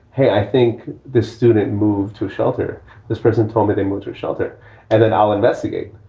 hey, i think this student move to shelter this person told me they move to a shelter and then i'll investigate.